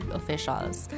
officials